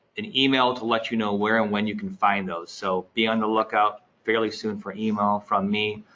an email to let you know where and when you can find those. so be on the lookout fairly soon for email from me,